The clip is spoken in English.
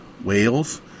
Wales